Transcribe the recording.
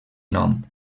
nom